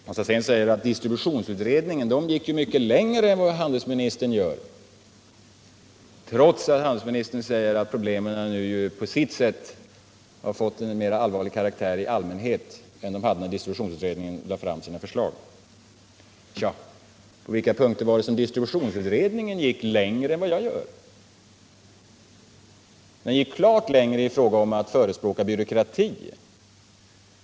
Hans Alsén säger att distributionsutredningen gick mycket längre i sitt förslag än vad handelsministern gör i propositionen, trots att handelsministern säger att problemen i allmänhet nu har fått en mera allvarlig karaktär än de hade när distributionsutredningen lade fram sitt förslag. Men på vilka punkter gick distributionsutredningen längre än vad jag gör? Den gick klart längre åtminstone i fråga om att förespråka byråkrati!